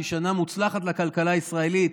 שהיא שנה מוצלחת לכלכלה הישראלית,